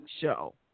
show